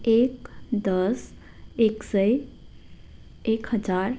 एक दस एक सय एक हजार